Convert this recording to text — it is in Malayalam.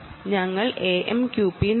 ഞങ്ങൾ AMQP കണ്ടു